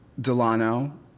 Delano